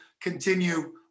continue